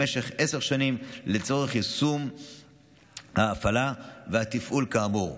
למשך עשר שנים לצורך יישום ההפעלה והתפעול כאמור.